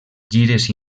gires